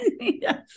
Yes